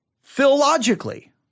philologically